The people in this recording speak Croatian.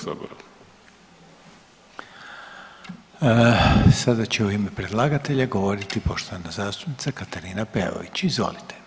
Sada će u ime predlagatelja govoriti poštovana zastupnica Katarina Peović, izvolite.